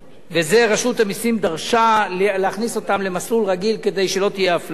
ורשות המסים דרשה להכניס אותן למסלול רגיל כדי שלא תהיה אפליה.